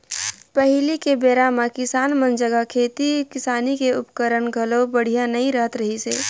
पहिली के बेरा म किसान मन जघा खेती किसानी के उपकरन घलो बड़िहा नइ रहत रहिसे